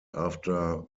after